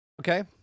Okay